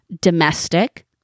domestic